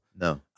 no